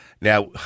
Now